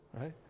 right